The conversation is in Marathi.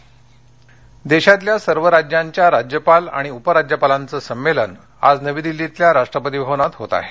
राज्यपाल संमेलन देशातल्या सर्व राज्यांच्या राज्यपाल आणि उपराज्यपालांचं संमेलन आज नवी दिल्लीतल्या राष्ट्रपती भवनात होत आहे